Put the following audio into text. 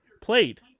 played